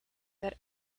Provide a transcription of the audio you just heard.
that